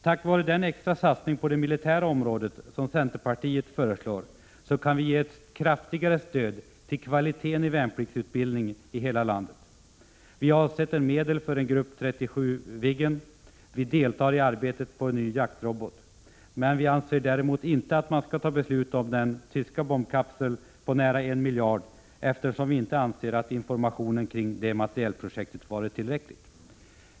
Tack vare den extra satsning på det militära området som centerpartiet föreslår kan vi ge ett kraftigare stöd till kvaliteten i värnpliktsutbildningen i hela landet. Vi avsätter medel för en grupp 37 Viggen. Vi deltar i arbetet på en ny jaktrobot. Men vi anser däremot inte att man skall fatta beslutet på nära en miljard om den tyska bombkapseln, eftersom vi inte anser att informationen om materialprojektet varit tillräcklig.